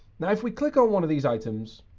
now, if we click on one of these items,